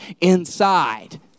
inside